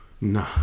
No